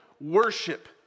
worship